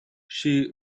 she